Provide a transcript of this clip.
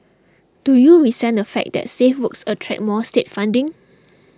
do you resent the fact that safe works attract more state funding